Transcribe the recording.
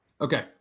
Okay